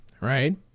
right